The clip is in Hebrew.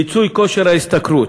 מיצוי כושר ההשתכרות,